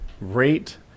rate